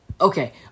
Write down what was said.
Okay